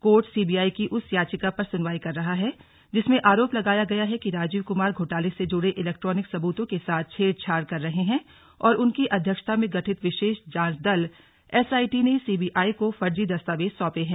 court C B I की उस याचिका पर सुनवाई कर रहा है जिसमें आरोप लगाया गया है कि राजीव कुमार घोटाले से जुड़े इलेक्ट्रानिक सब्रतों के साथ छेड़छाड़ कर रहे हैं और उनकी अध्यक्षता में गठित विशेष जांच दल एस आईटी ने सीबीआई को फर्जी दस्तावेज सौंपे हैं